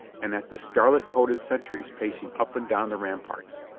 and at the scarlet-coated sentries pacing up and down the ramparts.